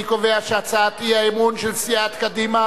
אני קובע שהצעת האי-אמון של סיעת קדימה